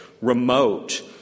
remote